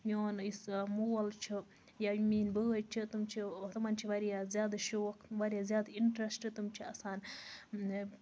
میوٚن یُس مول چھُ یا یِم میٛٲنۍ بٲے چھِ تِم چھِ تِمَن چھُ واریاہ زیادٕ شوق واریاہ زیادٕ اِنٹرَسٹ تِم چھِ آسان